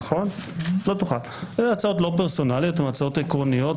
אלה הצעות לא פרסונליות אלא עקרוניות.